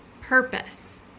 purpose